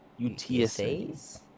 UTSAs